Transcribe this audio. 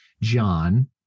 John